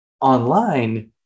Online